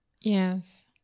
Yes